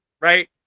right